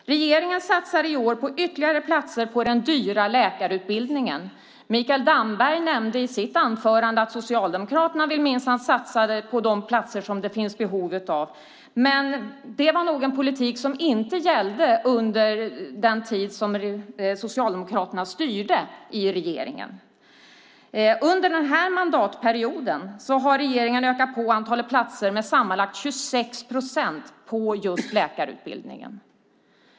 Regeringen satsar i år på ytterligare platser på den dyra läkarutbildningen. Mikael Damberg nämnde i sitt anförande att Socialdemokraterna minsann satsade på de platser som det finns behov av, men det var nog en politik som inte gällde under den tid som Socialdemokraterna styrde i regeringsställning. Under den här mandatperioden har regeringen ökat på antalet platser med sammanlagt 26 procent på just läkarutbildningen.